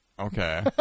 Okay